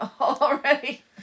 already